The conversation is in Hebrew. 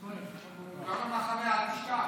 עיתון במחנה, אל תשכח.